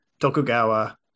Tokugawa